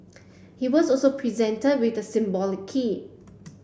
he was also presented with the symbolic key